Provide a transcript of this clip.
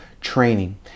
training